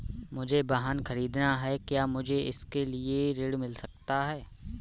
मुझे वाहन ख़रीदना है क्या मुझे इसके लिए ऋण मिल सकता है?